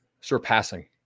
surpassing